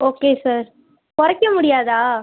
okay sir குறைக்க முடியாதா